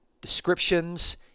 descriptions